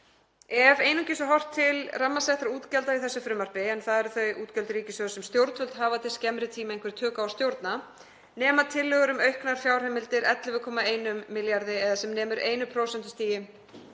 Ef einungis er horft til rammasettra útgjalda í þessu frumvarpi, en það eru þau útgjöld ríkissjóðs sem stjórnvöld hafa til skemmri tíma einhver tök á að stjórna, nema tillögur um auknar fjárheimildir 11,1 milljarði eða sem nemur 1%